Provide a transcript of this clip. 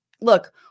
look